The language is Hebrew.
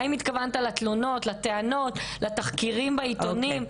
האם התכוונת לתלונות, לטענות, לתחקירים בעיתונים?